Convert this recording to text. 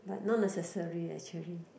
but not necessary actually